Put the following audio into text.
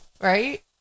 right